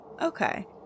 Okay